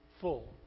full